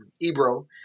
Ebro